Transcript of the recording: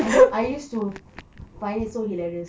I know I use to find it so hilarious